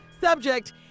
Subject